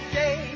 day